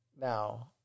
Now